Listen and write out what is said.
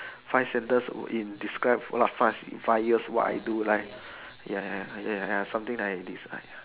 five sentences in describe five five years what I do life ya ya ya ya something like that ya ya